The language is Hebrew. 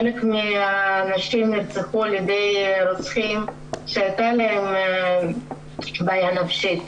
חלק מהאנשים נרצחו על ידי רוצחים שהייתה להם בעיה נפשית